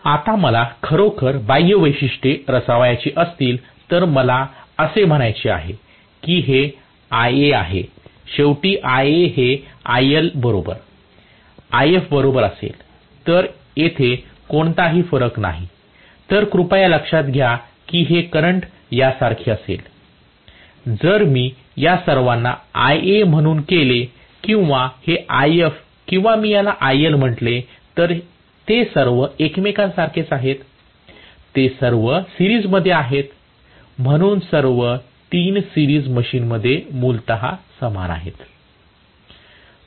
तर मला खरोखर बाह्य वैशिष्ट्ये रचवायची असतील तर मला असे म्हणायचे आहे की हे Ia Ia आहे शेवटी Ia हे IL बरोबर IF बरोबर असेल तर इथे कोणताही फरक नाही तर कृपया लक्षात घ्या की हे करंट सारखे असेल जर मी या सर्वाना Ia म्हणून केले किंवा हे If किंवा मी याला IL म्हटले तर ते सर्व एकसारखेच आहेत ते सर्व सिरीजमध्ये आहेत म्हणून सर्व 3 सिरीज मशीनमध्ये मूलत समान आहेत